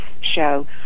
show